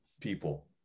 people